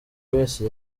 wese